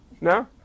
No